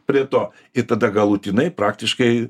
prie to i tada galutinai praktiškai